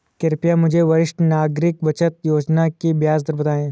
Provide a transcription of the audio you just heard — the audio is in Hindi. कृपया मुझे वरिष्ठ नागरिक बचत योजना की ब्याज दर बताएं?